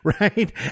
right